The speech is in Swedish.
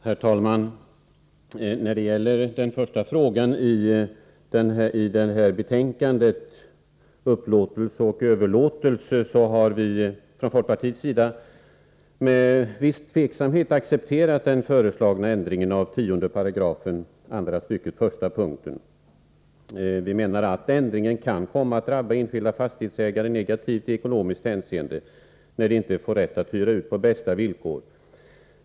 Herr talman! När det gäller den första frågan i detta sammanhang, nämligen frågan om upplåtelse och överlåtelse, har vi från folkpartiets sida med viss tvekan accepterat den föreslagna ändringen av 10 § andra stycket p. 1. Vi menar att ändringen i fråga kan komma att drabba enskilda fastighetsägare negativt i ekonomiskt hänseende, då de inte får rätt att hyra ut på bästa villkor.